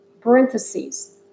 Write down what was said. Parentheses